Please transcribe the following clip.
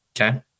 Okay